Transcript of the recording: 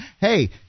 hey